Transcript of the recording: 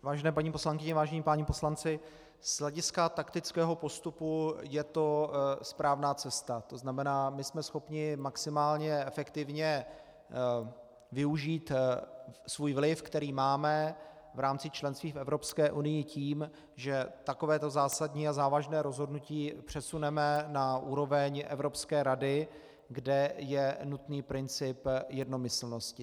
Vážené paní poslankyně, vážení páni poslanci, z hlediska taktického postupu je to správná cesta, to znamená jsme schopni maximálně efektivně využít svůj vliv, který máme v rámci členství v Evropské unii tím, že takovéto zásadní a závažné rozhodnutí přesuneme na úroveň Evropské rady, kde je nutný princip jednomyslnosti.